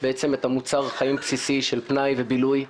את מוצר החיים הבסיסי של פנאי ובילוי.